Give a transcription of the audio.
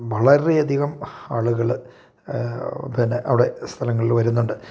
വളരെ അധികം ആളുകൾ പിന്നെ അവിടെ സ്ഥലങ്ങളിൽ വരുന്നുണ്ട്